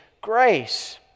grace